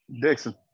Dixon